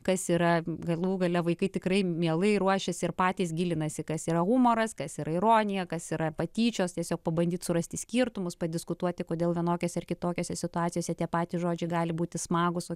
kas yra galų gale vaikai tikrai mielai ruošiasi ir patys gilinasi kas yra humoras kas yra ironija kas yra patyčios tiesiog pabandyt surasti skirtumus padiskutuoti kodėl vienokiose ar kitokiose situacijose tie patys žodžiai gali būti smagūs